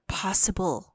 possible